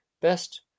Best